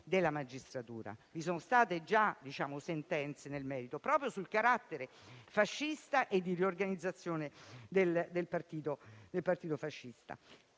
della magistratura, vi sono state già sentenze nel merito, proprio sul carattere fascista e di riorganizzazione del partito fascista.